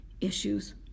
issues